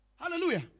Hallelujah